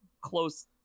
close